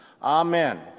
Amen